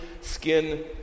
skin